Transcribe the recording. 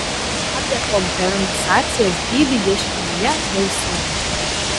apie kompensacijos dydį ieškinyje neužsimenama